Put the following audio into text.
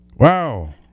Wow